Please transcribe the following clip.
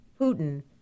Putin